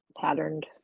patterned